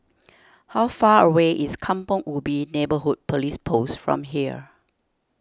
how far away is Kampong Ubi Neighbourhood Police Post from here